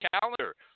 calendar